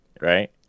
right